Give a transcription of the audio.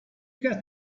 get